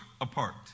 apart